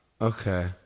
Okay